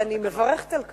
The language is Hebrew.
ואני מברכת על כך.